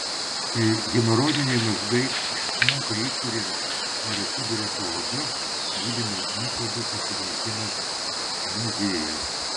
kai hemoroidiniai mazgai išsmunka išorėn ir atsiduria po oda gydymo metodų pasirinkimas mažėja